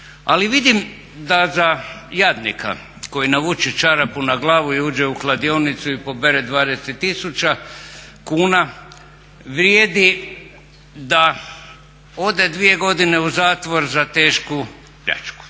ali vidim da za jadnika koji navuče čarapu na glavu i uđe u kladionicu i pobere 20 000 kuna vrijedi da ode dvije godine u zatvor za tešku pljačku